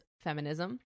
feminism